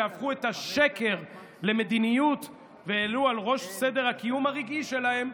שהפכו את השקר למדיניות והעלו על ראש סדר הקיום הרגעי שלהם,